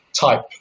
type